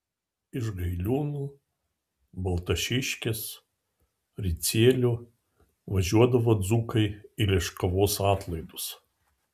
iš gailiūnų baltašiškės ricielių važiuodavo dzūkai į liškiavos atlaidus